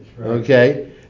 Okay